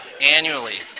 annually